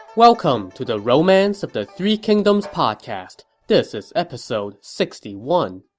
welcome to the romance of the three kingdoms podcast. this is episode sixty one